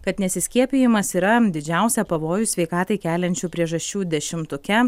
kad nesiskiepijamas yra didžiausią pavojų sveikatai keliančių priežasčių dešimtuke